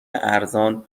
ارزان